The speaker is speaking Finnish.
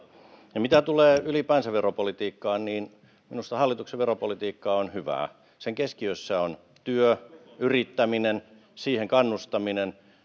mitä tulee ylipäänsä veropolitiikkaan niin minusta hallituksen veropolitiikka on hyvää sen keskiössä on työ yrittäminen siihen kannustaminen